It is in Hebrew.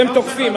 אתם תוקפים.